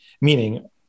meaning